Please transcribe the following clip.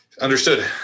Understood